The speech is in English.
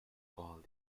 called